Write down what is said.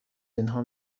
اینها